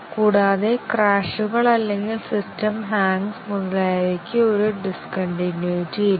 കൂടാതെ ക്രാഷുകൾ അല്ലെങ്കിൽ സിസ്റ്റം ഹാംഗ്സ് മുതലായവയ്ക്ക് ഒരു ഡിസ്കൺട്ടിനുവിറ്റി ഇല്ല